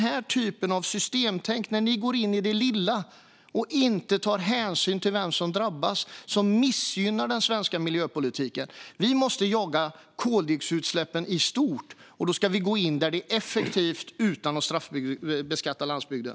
Det är denna typ av systemtänk, när ni går in i det lilla och inte tar hänsyn till vem som drabbas, som missgynnar den svenska miljöpolitiken. Vi måste jaga koldioxidutsläppen i stort. Då ska vi gå in där det är effektivt utan att straffbeskatta landsbygden.